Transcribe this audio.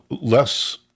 less